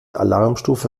alarmstufe